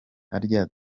harya